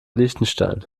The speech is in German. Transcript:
liechtenstein